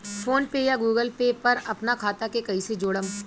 PhonePe या Google Pay पर अपना खाता के कईसे जोड़म?